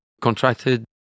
contracted